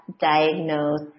diagnose